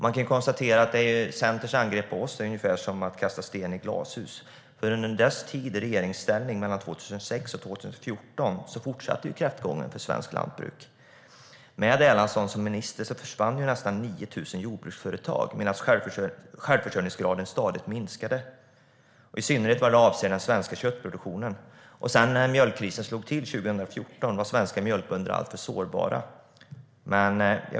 Man kan konstatera att Centerns angrepp på oss är ungefär som att kasta sten i glashus, för under dess tid i regeringsställning, 2006-2014, fortsatte ju kräftgången för svenskt lantbruk. Med Erlandsson som minister försvann nästan 9 000 jordbruksföretag, medan självförsörjningsgraden stadigt minskade, i synnerhet vad avser den svenska köttproduktionen. När mjölkkrisen sedan slog till 2014 var svenska mjölkbönder alltför sårbara.